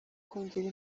kongera